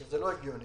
שזה לא הגיוני.